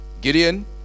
Gideon